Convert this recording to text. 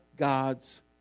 God's